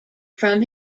from